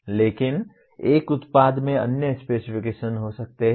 लेकिन एक उत्पाद में अन्य स्पेसिफिकेशन्स हो सकते हैं